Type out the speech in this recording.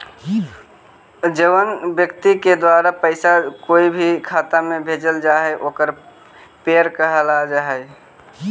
जउन व्यक्ति के द्वारा पैसा कोई के खाता में भेजल जा हइ ओकरा पेयर कहल जा हइ